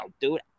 dude